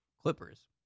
Clippers